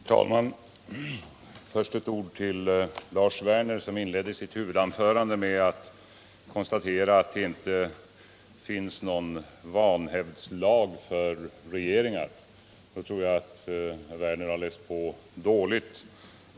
Herr talman! Först ett par ord till Lars Werner, som inledde sitt huvudanförande med att konstatera att det inte finns någon vanhävdslag för regeringar. Då tror jag att herr Werner har läst på dåligt!